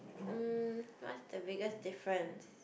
mm what's the biggest difference